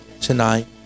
tonight